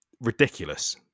ridiculous